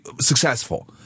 successful